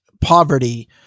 poverty